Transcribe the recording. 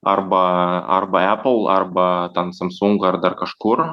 arba arba aple arba ten samsung ar dar kažkur